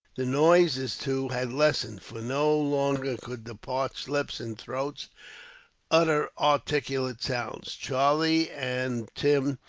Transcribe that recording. the noises, too, had lessened, for no longer could the parched lips and throats utter articulate sounds. charlie and tim,